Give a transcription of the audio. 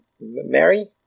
Mary